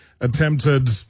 attempted